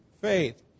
faith